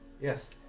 Yes